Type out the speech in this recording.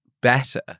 better